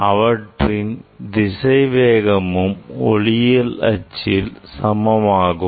அவற்றின் திசைவேகமும் ஒளியியல் அச்சில் சமமாகும்